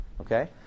Okay